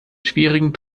schwierigen